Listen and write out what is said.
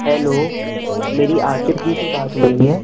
hello मेरी आतिफ़ जी से बात हो रही है